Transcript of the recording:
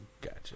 Gotcha